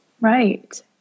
right